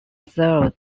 served